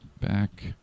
Back